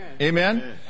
Amen